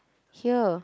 here